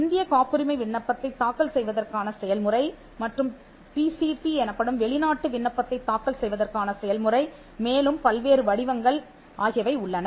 இந்தியக் காப்புரிமை விண்ணப்பத்தைத் தாக்கல் செய்வதற்கான செயல்முறை மற்றும் பி சி டி எனப்படும் வெளிநாட்டு விண்ணப்பத்தைத் தாக்கல் செய்வதற்கான செயல்முறை மேலும் பல்வேறு வடிவங்கள் ஆகியவை உள்ளன